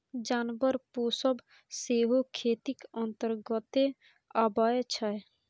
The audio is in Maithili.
जानबर पोसब सेहो खेतीक अंतर्गते अबै छै